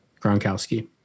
Gronkowski